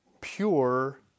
pure